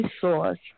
source